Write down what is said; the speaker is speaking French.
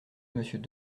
monsieur